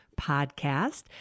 podcast